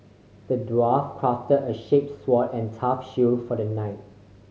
the dwarf crafted a shape sword and a tough shield for the knight